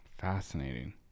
Fascinating